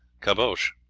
caboche,